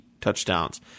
touchdowns